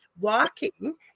walking